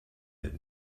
that